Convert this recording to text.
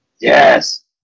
Yes